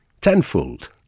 tenfold